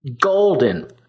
golden